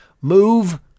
Move